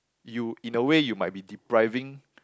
you in a way you might be depriving